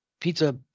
pizza